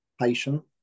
patient